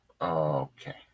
Okay